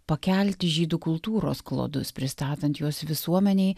pakelti žydų kultūros klodus pristatant juos visuomenei